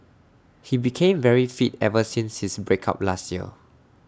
he became very fit ever since his break up last year